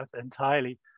entirely